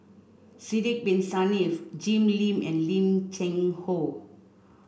Sidek bin Saniff Jim Lim and Lim Cheng Hoe